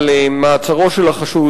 על מעצרו של החשוד,